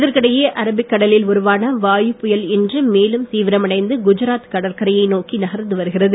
இதற்கிடையே அரபிக் கடலில் உருவான வாயு புயல் இன்று மேலும் தீவிரமடைந்து குஜராத் கடற்கரையை நோக்கி நகர்ந்து வருகிறது